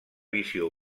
visió